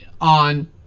on